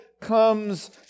comes